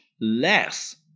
less